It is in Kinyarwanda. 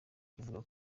kivuga